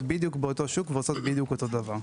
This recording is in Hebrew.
בדיוק באותו השוק ועושות בדיוק את אותו הדבר.